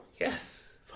Yes